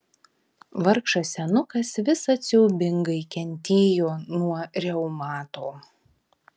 vargšas senukas visad siaubingai kentėjo nuo reumato